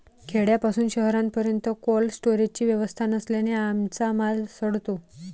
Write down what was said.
खेड्यापासून शहरापर्यंत कोल्ड स्टोरेजची व्यवस्था नसल्याने आमचा माल सडतो